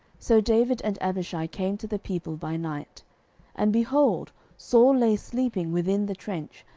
so david and abishai came to the people by night and, behold, saul lay sleeping within the trench,